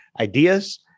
ideas